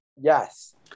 Yes